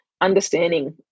understanding